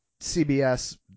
cbs